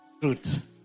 Truth